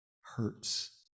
hurts